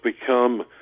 become